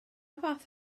fath